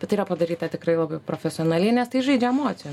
bet tai yra padaryta tikrai labai profesionaliai nes tai žaidžia emocijom